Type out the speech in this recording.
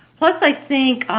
plus i think